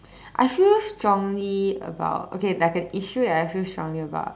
I feel strongly about okay like an issue that I feel strongly about